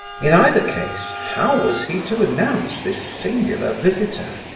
in either case, how was he to announce this singular visitor?